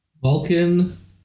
Vulcan